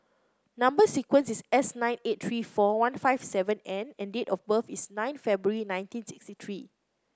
number sequence is S nine eight three four one five seven N and date of birth is nine February nineteen sixty three